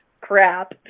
crap